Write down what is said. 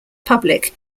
public